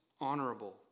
honorable